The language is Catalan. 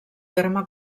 terme